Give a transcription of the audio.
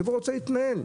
הציבור רוצה להתנהל.